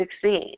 succeed